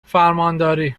فرمانداری